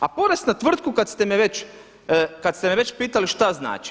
A porez na tvrtku kada ste me već pitali šta znači.